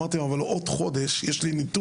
אמרתי לו: אבל בעוד חודש נגמר